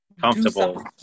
comfortable